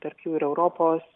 tarp jų ir europos